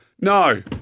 no